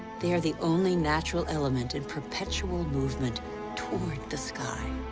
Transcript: they are the only natural element in perpetual movement toward the sky.